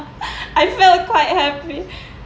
I felt quite happy